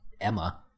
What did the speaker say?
Emma